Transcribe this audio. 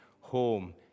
Home